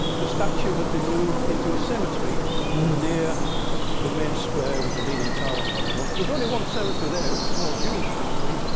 the statue had been moved into a cemetery near the main square with the leaning tower and whatever. but there's only one cemetery there a small jewish cemetery,